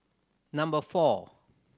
number four